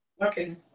Okay